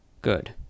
good